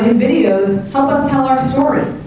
videos help us tell our story.